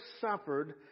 suffered